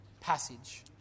passage